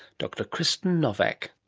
dr kristen nowak.